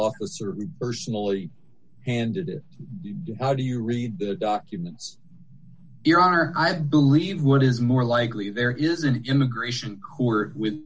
officer personally handed it out to you read the documents your honor i believe what is more likely there is an immigration couper with